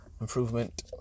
improvement